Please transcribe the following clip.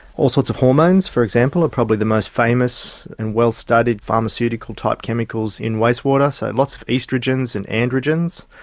all sorts of hormones for example are probably the most famous and well studied pharmaceutical type chemicals in waste water, so lots of oestrogens and androgens,